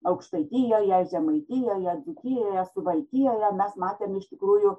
aukštaitijoje žemaitijoje dzūkijoje suvalkijoje mes matėm iš tikrųjų